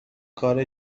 کاری